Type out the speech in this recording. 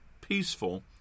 peaceful